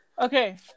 Okay